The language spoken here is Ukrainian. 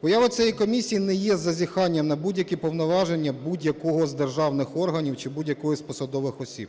Поява цієї комісії не є зазіханням на будь-які повноваження будь-якого з державних органів чи будь-кого із посадових осіб.